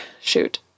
Shoot